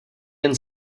jen